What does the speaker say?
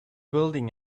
building